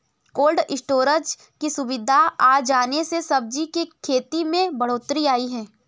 cold storage की सुविधा आ जाने से सब्जी की खेती में बढ़ोत्तरी आई है